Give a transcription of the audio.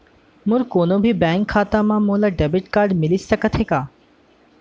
मोर कोनो भी बैंक खाता मा मोला डेबिट कारड मिलिस सकत हे का?